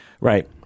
Right